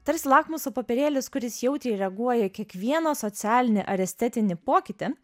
tarsi lakmuso popierėlis kuris jautriai reaguoja į kiekvieną socialinį ar estetinį pokytį